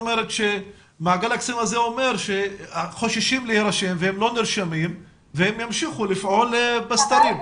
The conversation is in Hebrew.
מעגל הקסמים אומר שחוששים להירשם ולא נרשמים אבל ימשיכו לפעול בסתר.